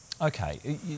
Okay